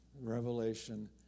revelation